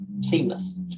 seamless